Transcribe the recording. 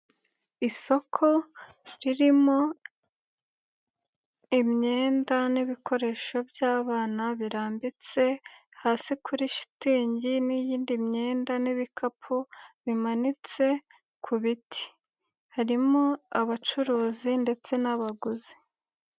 Isoko ririmo imyenda n'ibikoresho by'abana birambitse hasi kuri shitingi n'iyindi myenda n'ibikapu bimanitse ku biti, harimo abacuruzi ndetse n'abaguzi.